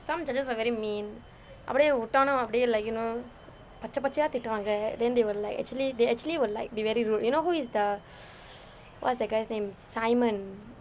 some judges are very mean அப்படியே உட்டானே அப்படியே:appadiye uttaane appadiye like you know பச்சை பச்சையா தீட்டுவாங்க:pachai pachaiyaa thittuvaanga then they will like actually they actually will like be very rude you know who is the what's that guy's name simon